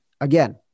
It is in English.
Again